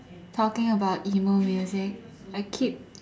talking about emo music I keep